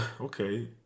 Okay